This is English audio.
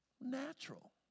natural